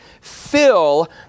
fill